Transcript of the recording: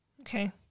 Okay